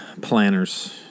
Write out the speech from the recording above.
planners